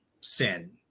sin